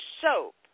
soap